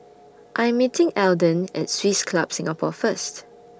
I'm meeting Eldon At Swiss Club Singapore First